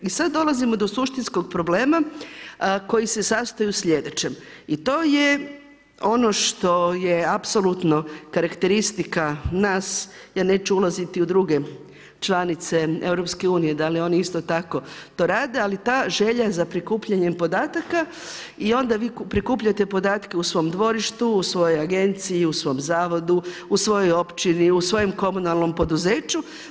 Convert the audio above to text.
I sad dolazimo do suštinskog problema koji se sastoji u sljedećem i to je ono što je apsolutno karakteristika nas, ja neću ulaziti u druge članice EU da li oni isto tako to rade, ali ta želja za prikupljanjem podataka i onda vi prikupljate podatke u svom dvorištu, u svojoj agenciji, u svom zavodu, u svojoj općini, u svojem komunalnom poduzeću.